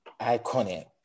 iconic